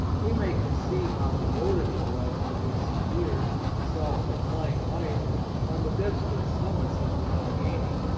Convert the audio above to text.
we may conceive how devoted he was to his severe self-denying life on the desolate summits of the alleghany,